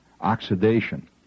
oxidation